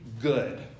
good